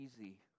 easy